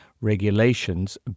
regulations